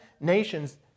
nations